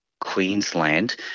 Queensland